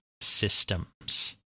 systems